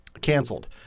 canceled